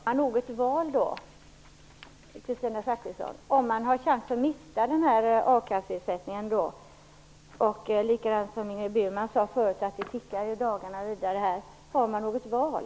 Fru talman! Men har man något val, Kristina Zakrisson, om man riskerar att mista akasseersättningen? Som Ingrid Burman sade tickar ju a-kassedagarna vidare. Har man något val?